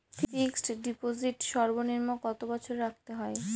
Fixed deposit সর্বনিম্ন কত বছর রাখতে হয়?